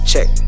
Check